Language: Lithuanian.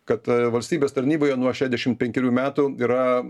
kad valstybės tarnyboje nuo šešdešim penkerių metų yra